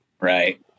Right